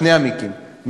שני המיקים,